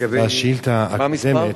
לגבי, השאילתא הקודמת.